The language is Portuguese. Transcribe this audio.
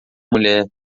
mulher